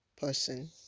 person